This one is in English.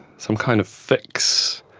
some kind of fix.